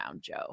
Joe